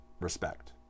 Respect